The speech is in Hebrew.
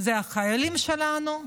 אלה החיילים שלנו,